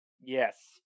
yes